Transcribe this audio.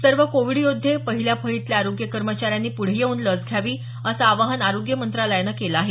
सर्व कोविड योद्धे पहिल्या फळीतल्या आरोग्य कर्मचाऱ्यांनी पुढे येऊन लस घ्यावी असं आवाहन आरोग्य मंत्रालयानं केलं आहे